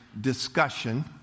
discussion